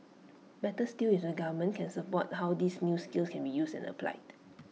better still is the government can support how these new skills can be used and applied